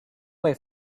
way